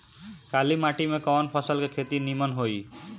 काली माटी में कवन फसल के खेती नीमन होई?